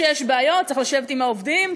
כשיש בעיות צריך לשבת עם העובדים,